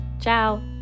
Ciao